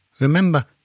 Remember